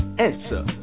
Answer